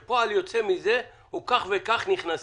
כשפועל יוצא מזה הוא כך וכך נכנסים?